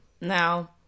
Now